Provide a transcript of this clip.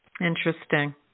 Interesting